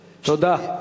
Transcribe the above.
תודה.